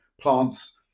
plants